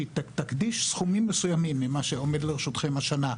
שהיא תקדיש סכומים מסוימים ממה שעומד לרשותכם השנה,